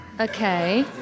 Okay